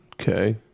Okay